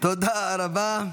תודה רבה.